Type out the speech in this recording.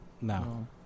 No